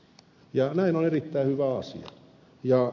näin on erittäin hyvä asia